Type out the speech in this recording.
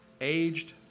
aged